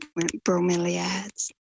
bromeliads